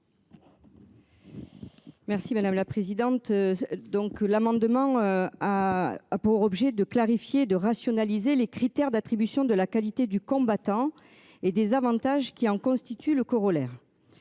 Merci madame la présidente. Donc, l'amendement a pour objet de clarifier et de rationaliser les critères d'attribution de la qualité du combattant et des avantages qui en constituent le corollaire.